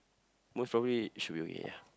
most probably should be okay ya